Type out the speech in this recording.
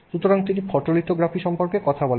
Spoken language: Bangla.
সুতরাং তিনি ফটোলিথোগ্রাফি সম্পর্কে কথা বলেন